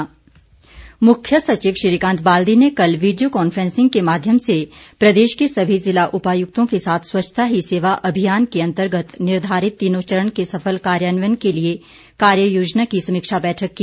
स्वच्छता अभियान मुख्य सचिव श्रीकांत बाल्दी ने कल वीडियो कांफ्रेंसिंग के माध्यम से प्रदेश के सभी जिला उपायुक्तों के साथ स्वच्छता ही सेवा अभियान के अंतर्गत निर्धारित तीनों चरण के सफल कार्यान्वयन के लिये कार्ययोजना की समीक्षा बैठक की